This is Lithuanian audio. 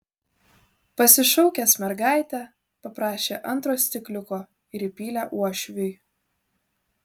pasišaukęs mergaitę paprašė antro stikliuko ir įpylė uošviui